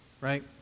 right